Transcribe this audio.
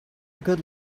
good